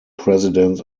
president